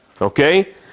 Okay